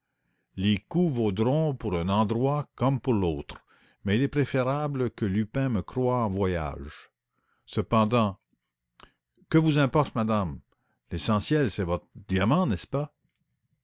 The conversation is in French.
les coups vaudront pour un endroit comme pour l'autre mais il est préférable que lupin me croie en voyage cependant que vous importe madame l'essentiel c'est votre diamant n'est-ce pas